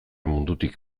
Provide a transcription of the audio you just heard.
mundutik